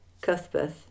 Cuthbert